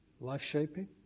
life-shaping